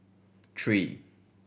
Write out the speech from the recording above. three